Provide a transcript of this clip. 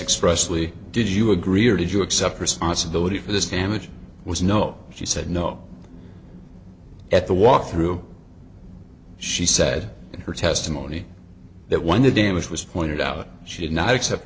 expressly did you agree or did you accept responsibility for this damage was no she said no at the walkthrough she said in her testimony that when the damage was pointed out she did not accept